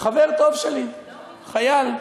חבר טוב שלי, חייל,